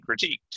critiqued